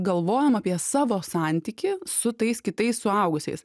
galvojam apie savo santykį su tais kitais suaugusiais